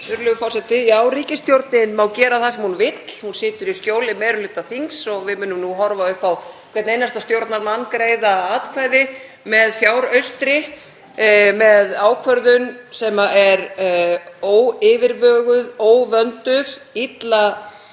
Virðulegur forseti. Já, ríkisstjórnin má gera það sem hún vill, hún situr í skjóli meiri hluta þings. Við munum nú horfa upp á hvern einasta stjórnarþingmann greiða atkvæði með fjáraustri, með ákvörðun sem er óyfirveguð, óvönduð og illa